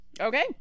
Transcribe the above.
Okay